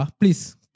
please